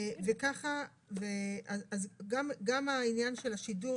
גם העניין של השידור